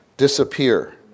disappear